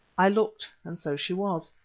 i looked, and so she was.